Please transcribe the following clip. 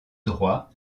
droit